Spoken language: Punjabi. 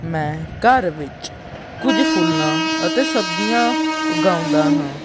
ਮੈਂ ਘਰ ਵਿੱਚ ਕੁਝ ਫੁੱਲਾਂ ਅਤੇ ਸਬਜ਼ੀਆਂ ਉਗਾਉਂਦਾ ਹਾਂ